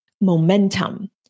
momentum